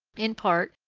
in part,